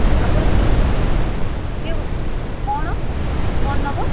ଆପଣ କିଏ କିଏ କ'ଣ କ'ଣ ନେଵ